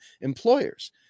employers